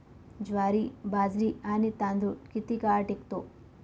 ज्वारी, बाजरी आणि तांदूळ किती काळ टिकतो?